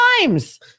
times